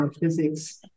physics